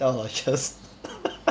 tell aloysius